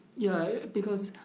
yeah, because,